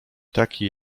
taki